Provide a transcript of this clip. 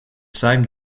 same